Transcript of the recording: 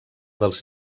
dels